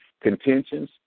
contentions